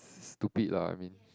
stupid lah I mean